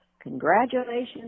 Congratulations